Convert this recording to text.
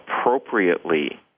appropriately